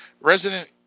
Resident